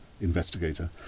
investigator